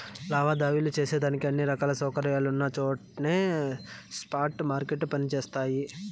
లావాదేవీలు సేసేదానికి అన్ని రకాల సౌకర్యాలున్నచోట్నే స్పాట్ మార్కెట్లు పని జేస్తయి